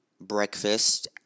breakfast